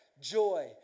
joy